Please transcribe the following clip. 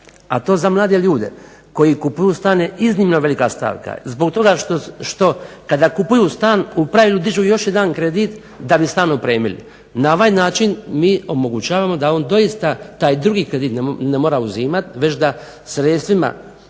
a to za mlade ljude koji kupuju stan je iznimno velika stavka zbog toga što kada kupuju stan u pravilu dižu još jedan kredit da bi stan opremili. Na ovaj način mi omogućavamo da on doista taj drugi kredit ne mora uzimat već da sredstvima